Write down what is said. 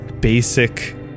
basic